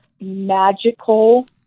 magical